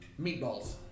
meatballs